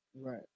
Right